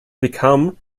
become